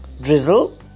drizzle